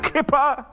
Kipper